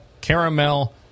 Caramel